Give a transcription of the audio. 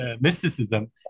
mysticism